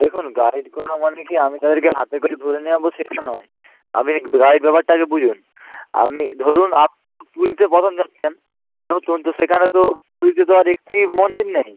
দেখুন গাইড করা মানে কী আমি তাদেরকে হাতে করে ধরে নিয়ে যাবো সেটা নয় আপনি গাইড ব্যাপারটা আগে বুঝুন আমি ধরুন আপনি পুরীতে প্রথম যাচ্ছেন তো কিন্তু সেখানে তো পুরীতে তো আর একটি মন্দির নেই